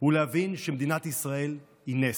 ולהבין שמדינת ישראל היא נס.